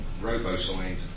robo-signed